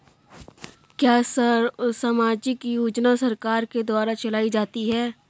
क्या सामाजिक योजना सरकार के द्वारा चलाई जाती है?